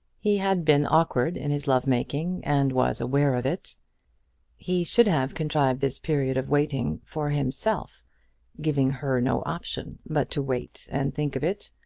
he had been awkward in his love-making, and was aware of it he should have contrived this period of waiting for himself giving her no option but to wait and think of it.